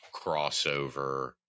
crossover